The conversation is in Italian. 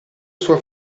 sua